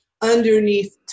underneath